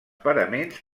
paraments